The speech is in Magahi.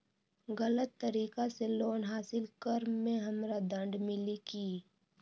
गलत तरीका से लोन हासिल कर्म मे हमरा दंड मिली कि?